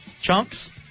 Chunks